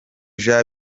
jean